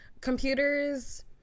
computers